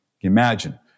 Imagine